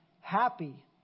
happy